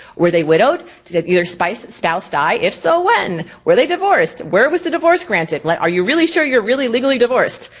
were they widowed, did either spouse spouse die, if so, when. were they divorced, where was the divorce granted, like are you really sure you're really legally divorced?